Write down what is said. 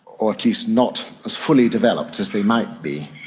or at least not as fully developed as they might be.